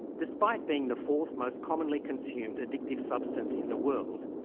despite being the fourth most commonly consumed addictive substance in the world,